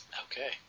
Okay